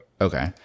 Okay